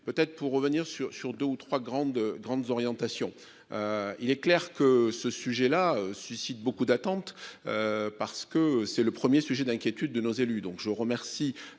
peut être pour revenir sur sur deux ou trois grandes grandes orientations. Il est clair que ce sujet-là suscite beaucoup d'attentes. Parce que c'est le 1er sujet d'inquiétude de nos élus,